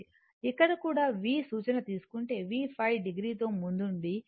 ఇక్కడ కూడా v సూచన తీసుకుంటే v ϕo తో ముందుబడి ఉంటుంది